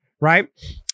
right